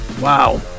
Wow